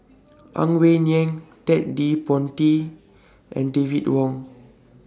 Ang Wei Neng Ted De Ponti and David Wong